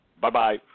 Bye-bye